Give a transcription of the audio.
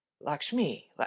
Lakshmi